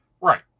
Right